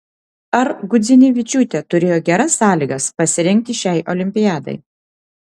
ar gudzinevičiūtė turėjo geras sąlygas pasirengti šiai olimpiadai